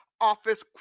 office